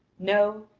no,